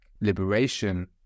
liberation